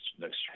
next